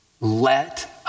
Let